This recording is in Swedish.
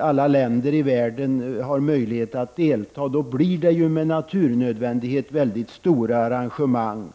alla länder i världen har möjlighet att delta leder med naturnödvändighet till mycket stora arrangemang.